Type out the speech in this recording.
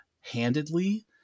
handedly